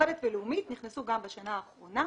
מאוחדת ולאומית נכנסו גם בשנה האחרונה,